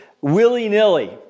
willy-nilly